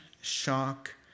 shock